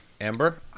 amber